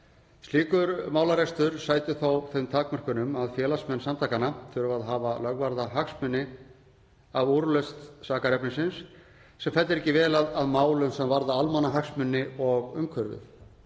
Slíkur málarekstur sætir þó þeim takmörkunum að félagsmenn samtakanna þurfa að hafa lögvarða hagsmuni af úrlausn sakarefnisins sem fellur ekki vel að málum sem varða almannahagsmuni og umhverfið.